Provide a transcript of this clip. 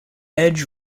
edge